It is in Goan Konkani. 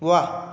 व्वा